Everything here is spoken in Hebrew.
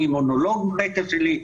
אני אימונולוג ברקע שלי,